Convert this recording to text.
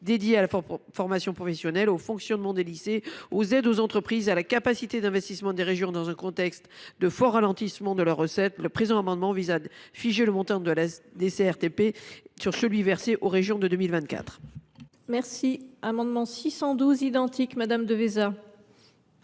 à la formation professionnelle, au fonctionnement des lycées, aux aides aux entreprises et à la capacité d’investissement des régions, dans un contexte de fort ralentissement de leurs recettes, le présent amendement vise à figer le montant de la DCRTP sur celui qui a été versé aux régions en 2024. La parole est à Mme Brigitte Devésa,